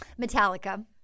Metallica